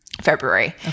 February